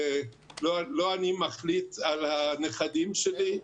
לא אני מחליט על הנכדים שלי.